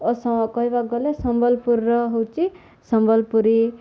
ଓ ସ କହିବାକୁ ଗଲେ ସମ୍ବଲପୁରର ହେଉଛି ସମ୍ବଲପୁରୀ